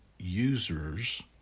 users